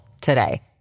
today